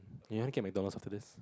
you want to get McDonalds after this